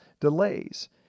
delays